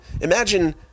imagine